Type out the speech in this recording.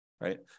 right